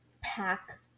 pack